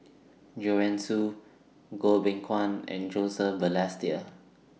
Joanne Soo Goh Beng Kwan and Joseph Balestier